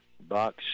box